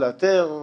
לאתר.